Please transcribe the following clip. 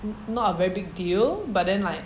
not a very big deal but then like